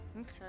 Okay